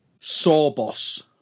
Sawboss